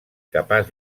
capaç